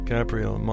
Gabriel